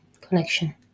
connection